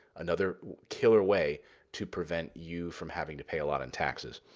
another killer way to prevent you from having to pay a lot in taxes.